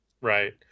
right